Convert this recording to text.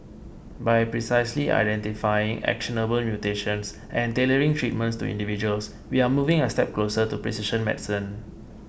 by precisely identifying actionable mutations and tailoring treatments to individuals we are moving a step closer to precision medicine